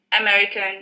American